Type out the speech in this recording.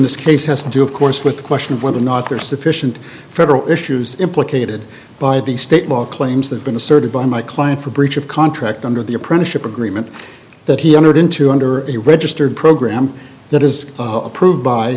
this case has to do of course with the question of whether or not there are sufficient federal issues implicated by the state law claims that been asserted by my client for breach of contract under the apprenticeship agreement that he entered into under a registered program that is approved by